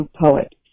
poet